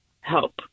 help